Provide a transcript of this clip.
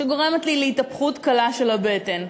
שגורמת לי להתהפכות קלה של הבטן.